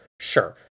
sure